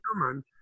human